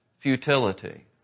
futility